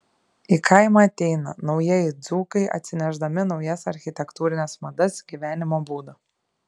į kaimą ateina naujieji dzūkai atsinešdami naujas architektūrines madas gyvenimo būdą